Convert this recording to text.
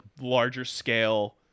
larger-scale